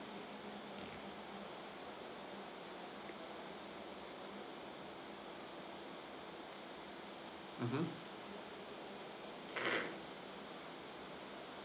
mmhmm